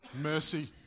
Mercy